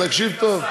תקשיב טוב.